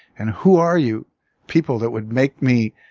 and who are you people that would make me